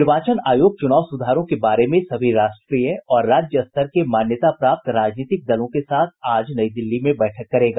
निर्वाचन आयोग चुनाव सुधारों के बारे में सभी राष्ट्रीय और राज्य स्तर के मान्यता प्राप्त राजनीतिक दलों के साथ आज नई दिल्ली में बैठक करेगा